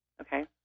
Okay